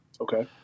okay